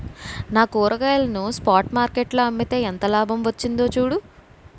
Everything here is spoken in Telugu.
నా కూరగాయలను స్పాట్ మార్కెట్ లో అమ్మితే ఎంత లాభం వచ్చిందో చూడు